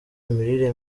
imirire